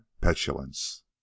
petulance